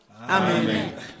Amen